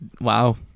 Wow